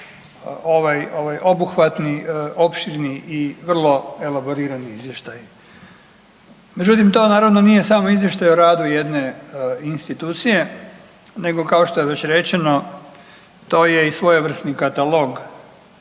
ovaj obuhvatni opširni i vrlo elaborirani Izvještaj. Međutim, to naravno nije samo izvještaj o radu jedne institucije nego kao što je već rečeno to je i svojevrsni katalog